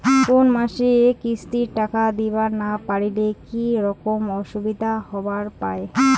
কোনো মাসে কিস্তির টাকা দিবার না পারিলে কি রকম অসুবিধা হবার পায়?